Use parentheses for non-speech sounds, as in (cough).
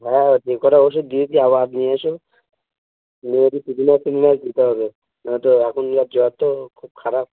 হ্যাঁ যে কটা ওষুধ দিয়েছি আবার নিয়ে এস নিয়ে এসে সেগুলো (unintelligible) দিতে হবে নয়তো এখনকার জ্বর তো খুব খারাপ